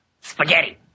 Spaghetti